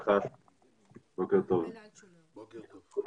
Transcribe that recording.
בוקר טוב.